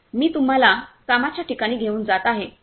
मी तुम्हाला कामाच्या ठिकाणी घेऊन जात आहे